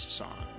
song